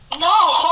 No